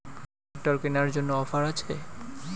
Tractor কেনার জন্য offer আছে?